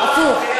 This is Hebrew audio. הפוך?